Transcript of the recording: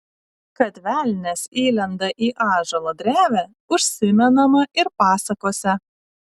kad velnias įlenda į ąžuolo drevę užsimenama ir pasakose